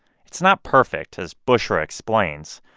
it's not perfect, as bushra explains,